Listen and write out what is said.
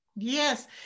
Yes